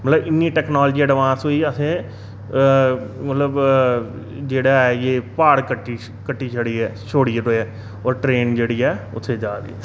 ्मअतलब इन्नी technology advance होई गेईअसें मतलब प्हाड़ कट्टियै और ट्रेन जेह्ड़ी ऐ उत्थै जा दी